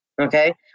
Okay